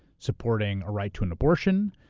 supporting a right to an abortion.